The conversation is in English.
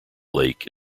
lake